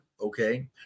okay